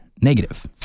negative